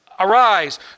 Arise